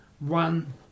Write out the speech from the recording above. one